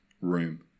room